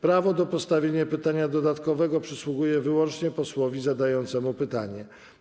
Prawo do postawienia pytania dodatkowego przysługuje wyłącznie posłowi zadającemu pytanie.